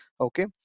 okay